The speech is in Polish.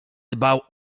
dbał